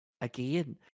Again